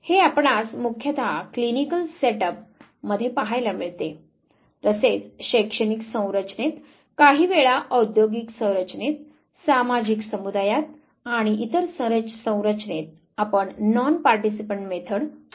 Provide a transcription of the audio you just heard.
हे आपणास मुख्यतः क्लिनिकल सेट अप मध्ये पाहायला मिळते तसेच शैक्षणिक संरचनेत काही वेळा औद्योगिक संरचनेत सामाजिक समुदायात आणि इतर संरचनेत आपण नॉन पार्टीसिपंट मेथड पाहू शकतो